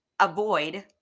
Avoid